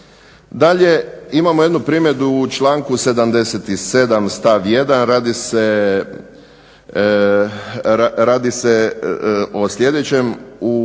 Dalje, imamo jednu primjedbu u članku 77. stav 1. radi se o sljedećem,